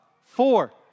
Four